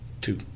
Two